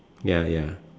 ya ya